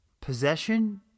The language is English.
Possession